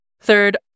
Third